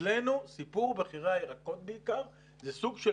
אצלנו סיפור מחירי הירקות בעיקר זה סוג של